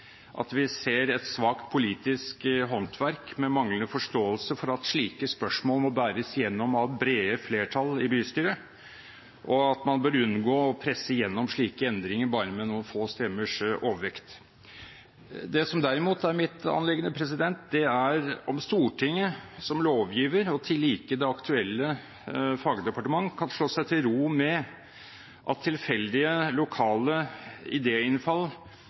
at vi ser et svakt politisk håndverk, med manglende forståelse for at slike spørsmål må bæres gjennom av brede flertall i bystyret, og at man bør unngå å presse gjennom slike endringer bare med noen få stemmers overvekt. Det som derimot er mitt anliggende, er om Stortinget som lovgiver og til like det aktuelle fagdepartement kan slå seg til ro med at tilfeldige lokale